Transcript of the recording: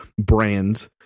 brand –